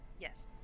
yes